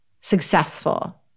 successful